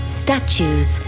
statues